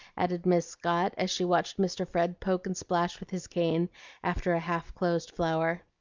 added miss scott as she watched mr. fred poke and splash with his cane after a half-closed flower.